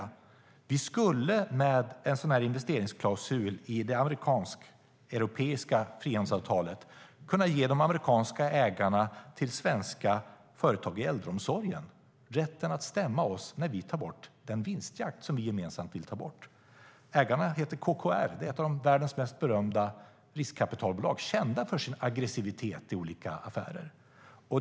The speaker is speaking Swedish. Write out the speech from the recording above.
Vi skulle med en sådan investeringsklausul i det amerikansk-europeiska frihandelsavtalet kunna ge de amerikanska ägarna till svenska företag i äldreomsorgen rätten att stämma oss när vi tar bort den vinstjakt vi gemensamt vill ta bort. Ägarna heter KKR och är ett av världens mest berömda riskkapitalbolag, kända för sin aggressivitet i olika affärer.